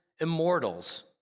immortals